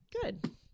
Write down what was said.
Good